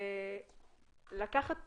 לקחת